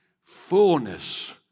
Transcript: fullness